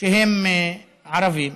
שהם ערבים,